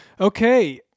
Okay